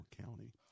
County